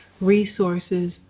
resources